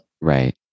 Right